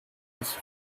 his